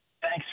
Thanks